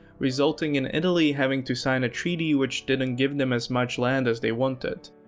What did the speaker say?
resulting in italy having to sign a treaty which didn't give them as much land as they wanted.